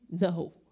No